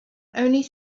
only